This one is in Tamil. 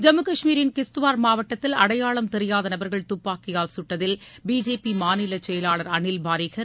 ஜம்மு கஷ்மீரின் கிஸ்துவார் மாவட்டத்தில் அடையாளம் தெரியாத நபர்கள் துப்பாக்கியால் சுட்டதில் பிஜேபி மாநில செயலாளர் அனில் பாரிஹர்